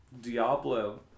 Diablo